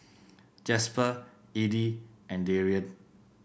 Jasper Edie and Darien